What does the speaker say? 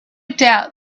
doubt